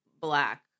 black